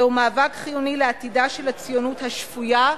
זהו מאבק חיוני לעתידה של הציונות השפויה,